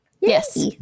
Yes